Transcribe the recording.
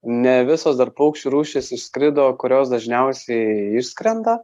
ne visos dar paukščių rūšys išskrido kurios dažniausiai išskrenda